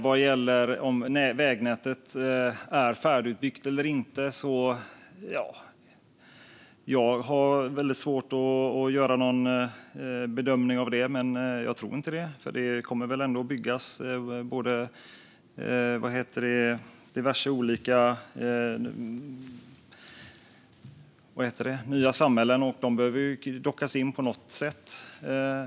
Vad gäller om vägnätet är färdigbyggt eller inte har jag svårt att göra någon bedömning av det, men jag tror inte det. Det kommer väl att byggas diverse nya samhällen, och de behöver dockas in på något sätt.